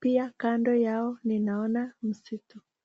Pia kando yao ninaona msitu.